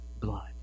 blood